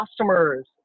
customers